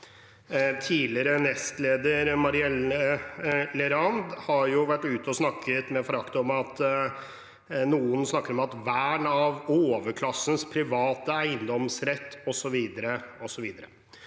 Tidligere nestleder Marielle Leraand har vært ute og snakket med forakt om at noen snakker om vern av overklassens private eiendomsrett og